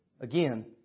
again